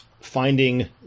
finding